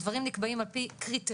הדברים נקבעים על פי קריטריונים,